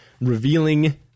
revealing